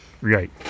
right